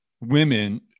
women